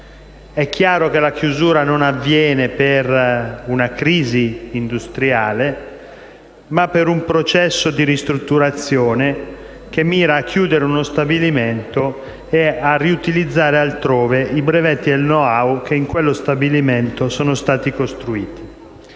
È chiaro che la chiusura non avviene per una crisi industriale, ma per un processo di ristrutturazione che mira a chiudere uno stabilimento e a riutilizzare altrove i brevetti e il *know how* che in quello stabilimento sono stati costruiti.